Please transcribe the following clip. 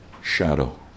shadow